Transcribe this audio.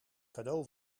cadeau